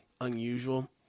unusual